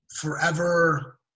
forever